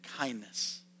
kindness